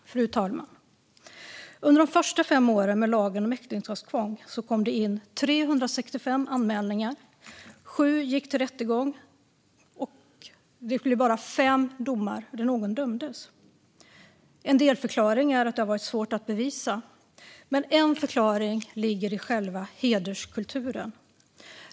Fru talman! Under de första fem åren med lagen om äktenskapstvång kom det in 365 anmälningar. Sju gick till rättegång, och det blev bara fem domar där någon dömdes. En delförklaring är att det varit svårt att bevisa, men en förklaring ligger i själva hederskulturen.